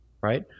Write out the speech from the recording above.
right